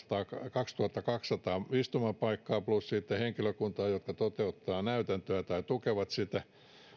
kaksituhattakaksisataa istumapaikkaa plus sitten henkilökuntaa jotka toteuttavat näytäntöä tai tukevat sitä